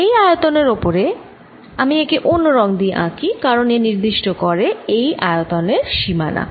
এই আয়তনের ওপরে আমি একে অন্য রঙ দিয়ে আঁকি কারণ এ নির্দিষ্ট করে এই আয়তনের সীমানা